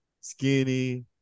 skinny